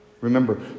Remember